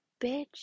bitch